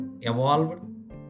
evolved